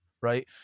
Right